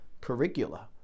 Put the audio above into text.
curricula